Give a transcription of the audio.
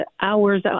hours